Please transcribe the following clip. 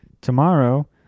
tomorrow